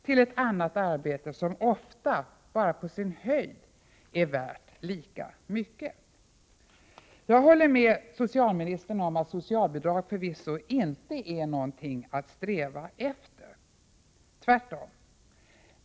till ett annat som ofta på sin höjd är värt lika mycket. Jag håller med socialministern om att socialbidrag förvisso inte är någonting att sträva efter — tvärtom.